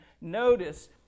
notice